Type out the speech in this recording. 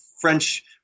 French